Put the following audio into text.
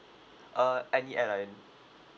uh any airline